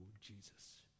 Jesus